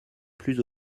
plus